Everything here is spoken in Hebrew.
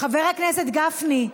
חבר הכנסת גפני,